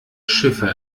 schiffe